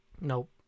Nope